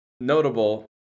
notable